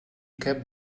kept